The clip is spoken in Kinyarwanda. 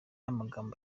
amagambo